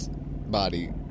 body